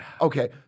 Okay